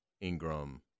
Ingram